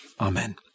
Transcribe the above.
Amen